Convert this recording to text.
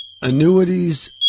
annuities